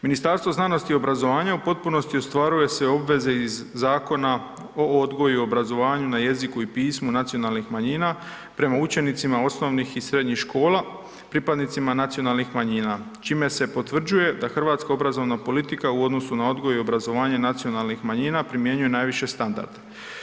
Ministarstvo znanosti i obrazovanja u potpunosti ostvaruje sve obveze iz Zakona o odgoju i obrazovanju na jeziku i pismu nacionalnih manjina prema učenicima osnovnih i srednjih škola pripadnicima nacionalnih manjina čime se potvrđuje da hrvatska obrazovna politika u odnosu na odgoj i obrazovanje nacionalnih manjina primjenjuje najviši standarde.